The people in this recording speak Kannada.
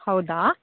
ಹೌದಾ